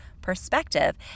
perspective